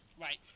Right